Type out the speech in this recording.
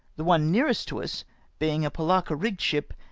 the one nearest to us being a polacca-rigged ship,